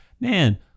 man